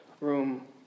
room